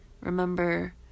remember